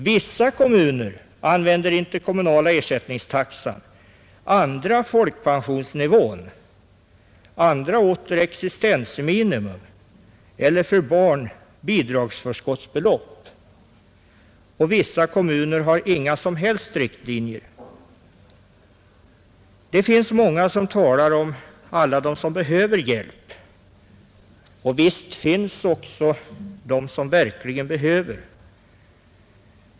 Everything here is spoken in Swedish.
Vissa kommuner använder den interkommunala ersättningstaxan, andra fokpensionsnivån, andra åter existensminimum eller, för barn, bidragsförskottsbelopp, och vissa kommuner har inga som helst riktlinjer. Det finns många som talar om alla dem som behöver hjälp, och visst finns också sådana som verkligen är behövande.